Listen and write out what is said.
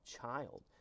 child